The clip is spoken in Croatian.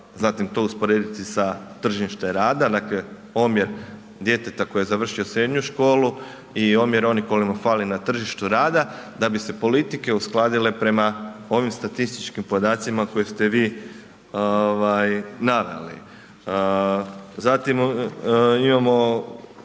zatim to usporediti sa tržištem rada, dakle omjer djeteta koji je završio srednju školu i omjer onih koji mu fali na tržištu rada da bi se politike uskladile prema ovim statističkim podacima koje ste vi ovaj naveli. Zatim imamo